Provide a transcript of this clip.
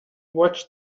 watched